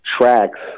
tracks